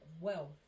wealth